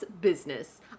Business